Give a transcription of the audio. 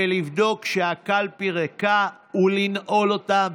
לבדוק שהקלפי ריקה ולנעול אותה.